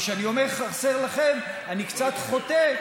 ושאני אומר "חסר לכם" אני קצת חוטא,